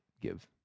give